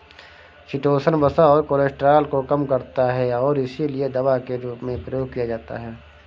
chitosan वसा और cholesterol को कम करता है और इसीलिए दवा के रूप में प्रयोग किया जाता है